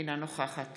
אינה נוכחת